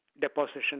deposition